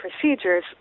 procedures